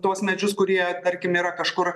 tuos medžius kurie tarkim yra kažkur